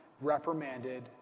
reprimanded